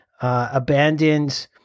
abandoned